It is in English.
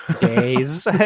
days